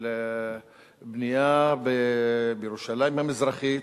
של בנייה בירושלים המזרחית,